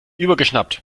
übergeschnappt